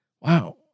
wow